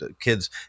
kids